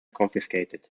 confiscated